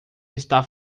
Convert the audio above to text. está